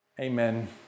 Amen